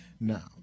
Now